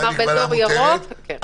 כלומר, באזור ירוק --- מהמגבלה המותרת.